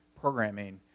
programming